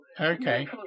Okay